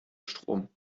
strom